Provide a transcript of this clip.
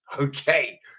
Okay